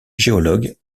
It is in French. géologue